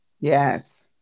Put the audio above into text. Yes